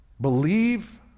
Believe